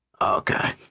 Okay